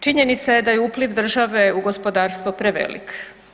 Činjenica je da je upliv države u gospodarstvo prevelik.